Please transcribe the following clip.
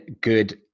good